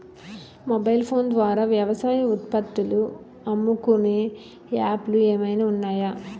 Mobile phone ద్వారా వ్యవసాయ ఉత్పత్తులు అమ్ముకునే యాప్ లు ఏమైనా ఉన్నాయా?